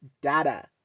Data